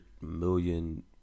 million